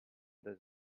does